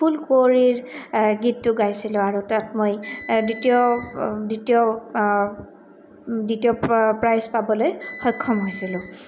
ফুল কুঁৱৰীৰ গীতটো গাইছিলোঁ আৰু তাত মই দ্বিতীয় দ্বিতীয় দ্বিতীয় প্ৰাইজ পাবলৈ সক্ষম হৈছিলোঁ